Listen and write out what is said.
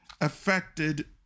affected